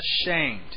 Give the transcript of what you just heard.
ashamed